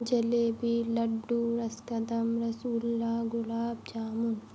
jalebi laddu ras kadam rasgulla gulab jamun